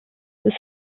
this